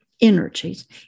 energies